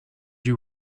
you